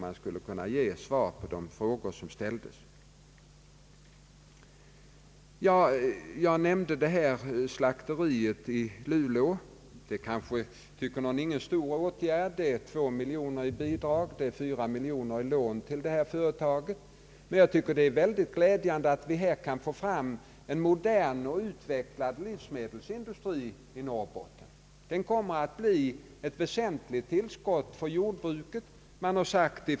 Jag nämnde slakteriet i Luleå. Det är kanske inte någon stor åtgärd, men företaget får 2 miljoner kronor i bidrag och 4 miljoner kronor som lån. Det är glädjande att vi får fram en modern och utvecklad livsmedelsindustri i Norrbotten. Den kommer att bli ett väsentligt tillskott för jordbruket.